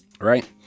Right